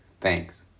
Thanks